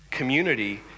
community